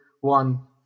one